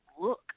look